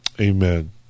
Amen